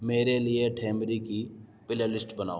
میرے لیے ٹھمری کی پلے لسٹ بناؤ